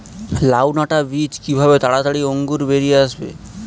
লাউ ডাটা বীজ কিভাবে তাড়াতাড়ি অঙ্কুর বেরিয়ে আসবে?